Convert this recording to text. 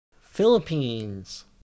Philippines